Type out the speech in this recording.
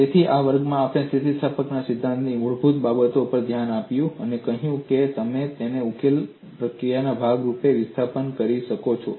તેથી આ વર્ગમાં આપણે સ્થિતિસ્થાપકતાના સિદ્ધાંતની મૂળભૂત બાબતો પર ધ્યાન આપ્યું છે મેં કહ્યું છે કે તમે ઉકેલ પ્રક્રિયાના ભાગરૂપે વિસ્થાપન નક્કી કરો છો